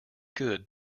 good